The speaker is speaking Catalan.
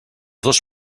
dos